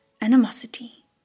animosity